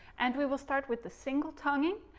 and we will start with the single tonguing.